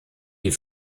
die